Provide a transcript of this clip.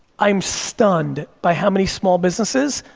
i'm stunned by how many small businesses,